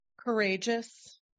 Courageous